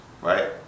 right